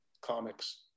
comics